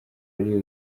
yari